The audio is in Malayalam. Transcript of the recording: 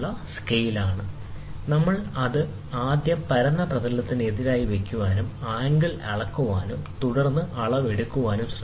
ആദ്യം നമ്മൾ അത് പരന്ന പ്രതലത്തിന് എതിരായി വയ്ക്കാനും ആംഗിൾ അളക്കാനും തുടർന്ന് അളവ് എടുക്കാനും ശ്രമിക്കുന്നു